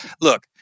look